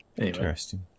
Interesting